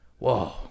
Whoa